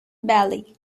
bailey